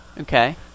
Okay